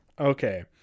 Okay